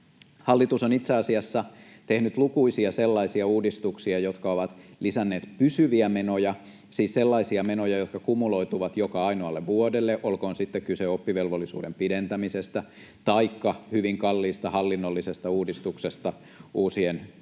Hallitus on itse asiassa tehnyt lukuisia sellaisia uudistuksia, jotka ovat lisänneet pysyviä menoja, siis sellaisia menoja, jotka kumuloituvat joka ainoalle vuodelle — olkoon sitten kyse oppivelvollisuuden pidentämisestä taikka hyvin kalliista hallinnollisesta uudistuksesta uusien niin